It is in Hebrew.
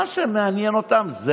מה שמעניין אותם זה